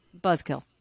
Buzzkill